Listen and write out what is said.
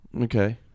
Okay